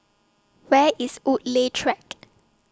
Where IS Woodleigh Track